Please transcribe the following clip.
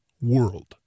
world